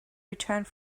returned